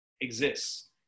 exists